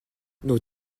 nos